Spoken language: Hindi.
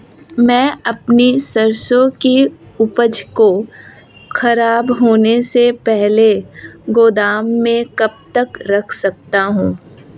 मैं अपनी सरसों की उपज को खराब होने से पहले गोदाम में कब तक रख सकता हूँ?